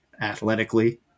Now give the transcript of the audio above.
athletically